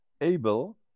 able